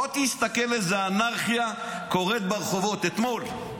בוא תסתכל איזו אנרכיה הייתה ברחובות אתמול.